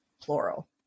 plural